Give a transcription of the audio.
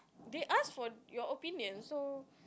they asked for your opinion so